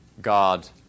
God